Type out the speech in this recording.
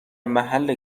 محل